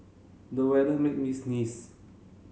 the weather made me sneeze